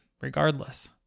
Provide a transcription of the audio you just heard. regardless